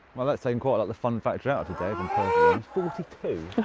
well that thing quite let the fun factor out today, if i'm perfectly honest. forty two?